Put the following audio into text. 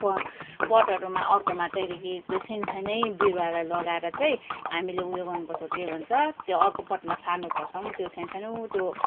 पट पटहरूमा अर्कोमा त्यहाँदेखि त्यो सानो सानै बिरुवालाई लगाएर चाहिँ हामीले उयो गर्नुपर्छ के भन्छ त्यो अर्को पटमा सार्नुपर्छ भने त्यो साना सानो त्यो